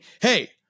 hey